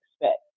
expect